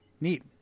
Neat